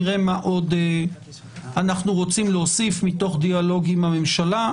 נראה מה עוד אנחנו רוצים להוסיף מתוך דיאלוג עם הממשלה,